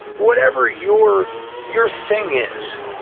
whatever your your thing is.